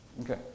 Okay